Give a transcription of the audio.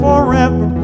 Forever